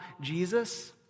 Jesus